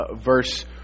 verse